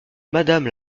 madame